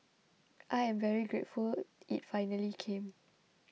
I am very grateful it finally came